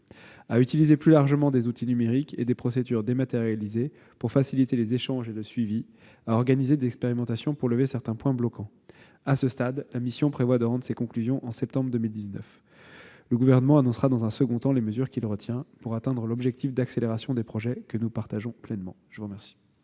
; utiliser plus largement des outils numériques et des procédures dématérialisées afin de faciliter les échanges et le suivi ; ou encore organiser des expérimentations visant à lever certains points bloquants. À ce stade, la mission prévoit de rendre ses conclusions en septembre 2019. Le Gouvernement annoncera dans un second temps les mesures qu'il retiendra afin d'atteindre l'objectif d'accélération des projets que nous partageons pleinement. La parole